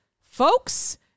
folks